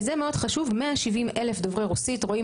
מאוד חשוב: 170 אלף דוברי רוסית רואים